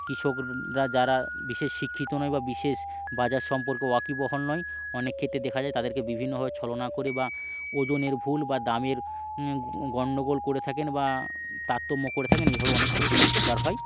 কৃষকরা যারা বিশেষ শিক্ষিত নয় বা বিশেষ বাজার সম্পর্কে ওয়াকিবহাল নয় অনেক ক্ষেত্রে দেখা যায় তাদেরকে বিভিন্নভাবে ছলনা করে বা ওজনের ভুল বা দামের গন্ডগোল করে থাকেন বা তারতম্য করে থাকেন এভাবেও অনেক শোষণের শিকার হয়